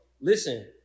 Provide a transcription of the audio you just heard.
Listen